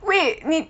wait 你